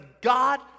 God